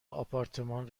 آپارتمان